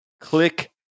Click